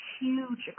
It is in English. huge